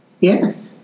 yes